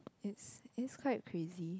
it's it's quite crazy